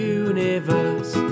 universe